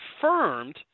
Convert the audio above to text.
confirmed